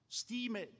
stime